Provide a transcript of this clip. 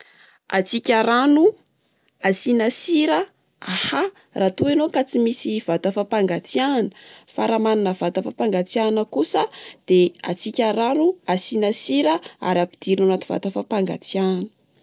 Atsiaka rano, asiana sira, ahà, raha toa ianao ka tsy misy vata fampangatsiahana. Fa raha manana vata fampangatsiahana kosa de atsiaka rano, asiana sira, ary ampidirina anaty vata fampangatsiahana.